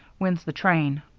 when's the train?